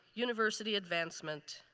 university advancement.